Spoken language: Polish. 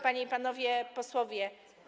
Panie i Panowie Posłowie!